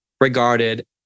regarded